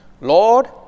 Lord